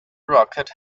rocket